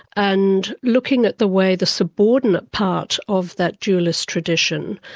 and looking at the way the subordinate part of that dualist tradition,